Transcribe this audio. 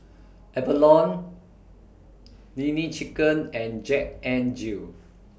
Avalon Nene Chicken and Jack N Jill